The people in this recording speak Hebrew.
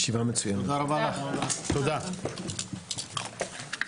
הישיבה ננעלה בשעה 10:41.